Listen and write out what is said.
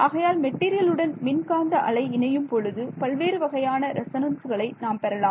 ஆகையால் மெட்டீரியல் உடன் மின்காந்த அலை இணையும் பொழுது பல்வேறு வகையான ரெசோனன்ஸ்களை நாம் பெறலாம்